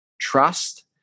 trust